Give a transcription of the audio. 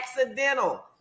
accidental